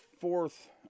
fourth